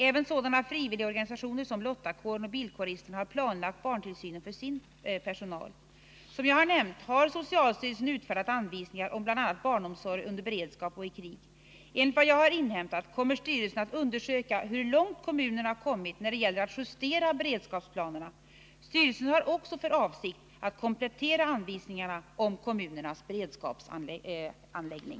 Även sådana frivilligorganisationer som lottakåren och bilkåristerna har planlagt barntillsynen för sin personal. Som jag har nämnt har socialstyrelsen utfärdat anvisningår om bl.a. barnomsorgen under beredskap och i krig. Enligt vad jag har inhämtat kommer styrelsen att undersöka hur långt kommunerna kommit när det gäller att justera beredskapsplanerna. Styrelsen har också för avsikt att komplettera anvisningarna om kommunernas beredskapsplanläggning.